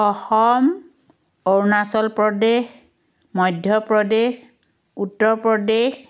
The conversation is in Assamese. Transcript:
অসম অৰুণাচল প্ৰদেশ মধ্য প্ৰদেশ উত্তৰ প্ৰদেশ